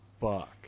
Fuck